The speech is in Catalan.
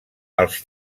els